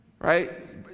right